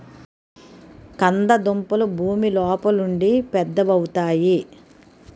కంద దుంపలు భూమి లోపలుండి పెద్దవవుతాయి